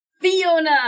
Fiona